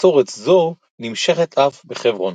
מסורת זו נמשכת אף בחברון.